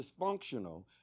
dysfunctional